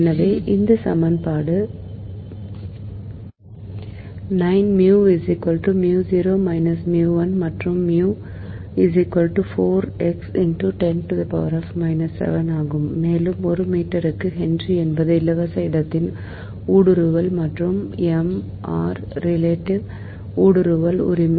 எனவே இது சமன்பாடு 9 மற்றும் ஆகும் மேலும் ஒரு மீட்டருக்கு ஹென்றி என்பது இலவச இடத்தின் ஊடுருவல் மற்றும் ரிலேட்டிவ் ஊடுருவல் உரிமை